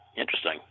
interesting